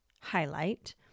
highlight